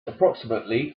approximately